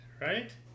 right